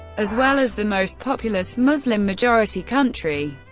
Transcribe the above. as well as the most populous muslim-majority country.